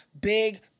big